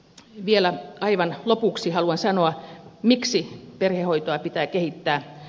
vielä aivan lopuksi haluan sanoa miksi perhehoitoa pitää kehittää